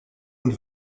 und